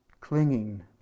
clinging